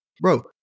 bro